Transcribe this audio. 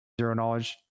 zero-knowledge